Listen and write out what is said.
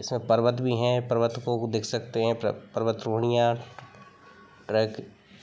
इसमें पर्वत भी हैं पर्वतों को देख सकते हैं पर्वत रोहणियाँ ट्रैक